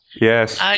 Yes